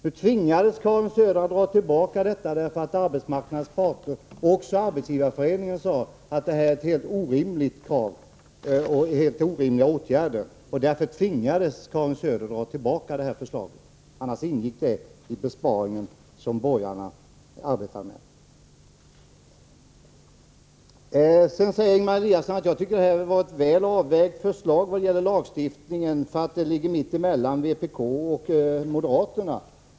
Nu tvingades Karin Söder dra tillbaka detta förslag därför att arbetsmarknadens parter — också Arbetsgivareföreningen — sade att det innebar helt orimliga åtgärder. Annars ingick dessa åtgärder i den besparing som borgarna arbetade med. Sedan säger Ingemar Eliasson att jag tycker att det förslag som vi nu behandlar är bra avvägt vad gäller lagstiftningen eftersom det ligger mitt emellan vpk och moderaterna.